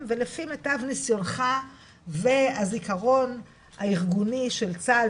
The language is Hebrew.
ולפי מיטב ניסיונך והזיכרון הארגוני של צה"ל,